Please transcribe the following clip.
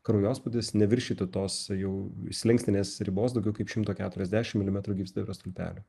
kraujospūdis neviršytų tos jau slenkstinės ribos daugiau kaip šimto keturiasdešimt milimetrų gyvsidabrio stulpelio